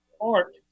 art